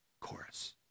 chorus